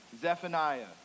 Zephaniah